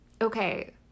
Okay